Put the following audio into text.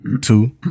Two